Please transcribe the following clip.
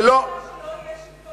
אני לא רוצה שיהיה שלטון מנהלים.